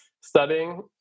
studying